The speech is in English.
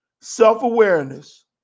self-awareness